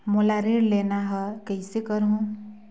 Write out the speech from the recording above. मोला ऋण लेना ह, कइसे करहुँ?